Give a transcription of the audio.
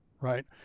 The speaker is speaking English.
right